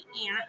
aunt